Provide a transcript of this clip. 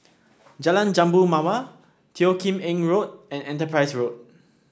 Jalan Jambu Mawar Teo Kim Eng Road and Enterprise Road